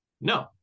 No